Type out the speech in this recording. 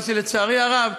מה שלצערי הרב,